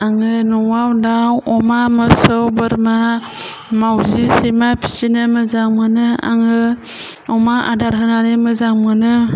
आङो न'आव दाव अमा मोसौ बोरमा मावजि सैमा फिसिनो मोजां मोनो आङो अमा आदार होनानै मोजां मोनो